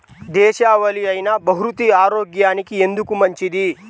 దేశవాలి అయినా బహ్రూతి ఆరోగ్యానికి ఎందుకు మంచిది?